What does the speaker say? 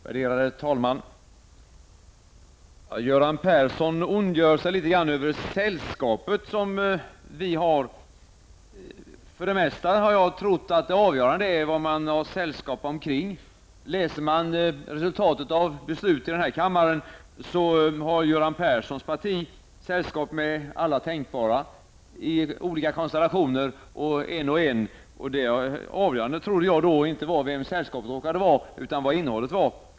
Värderade talman! Göran Persson ondgör sig litet grand över det sällskap som vi har. För det mesta har jag trott att det avgörande är om kring vad man har sällskap. Läser man resultaten av besluten i den här kammaren, finner man att Göran Perssons parti haft sällskap med alla tänkbara, i olika konstellationer samt en och en. Det avgörande trodde jag då inte var vem sällskapet var, utan vad innehållet var.